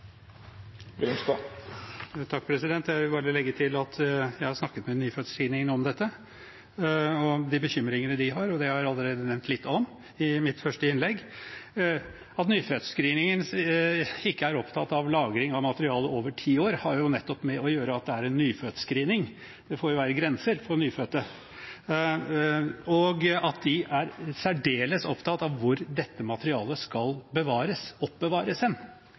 Jeg vil bare legge til at jeg har snakket med Nyfødtscreeningen om dette og om de bekymringene de har. Det har jeg allerede nevnt i mitt første innlegg. At Nyfødtscreeningen ikke er opptatt av lagring av materiale over ti år, har nettopp å gjøre med at det er en nyfødtscreening – det får jo være grenser for nyfødte – og at de er særdeles opptatt av hvor dette materialet skal oppbevares.